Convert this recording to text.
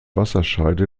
wasserscheide